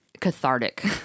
cathartic